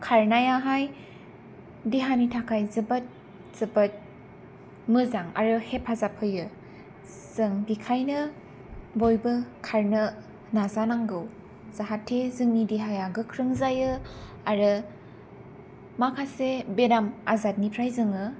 खारनायाहाय देहानि थाखाय जोबोर जोबोर मोजां आरो हेफाजाब होयो जों बेखायनो बयबो खारनो नाजानांगौ जाहाथे जोंनि देहाया गोख्रों जायो आरो माखासे बेराम आजारनिफ्राय जोङो